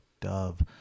dove